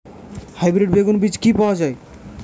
Hybrid বেগুন বীজ কি পাওয়া য়ায়?